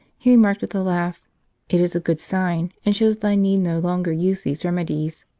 he remarked, with a laugh it is a good sign, and shows that i need no longer use these remedies.